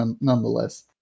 nonetheless